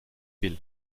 will